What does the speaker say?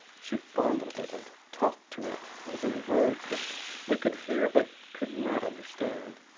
she fondled it and talked to it, using words which we could hear but could not understand.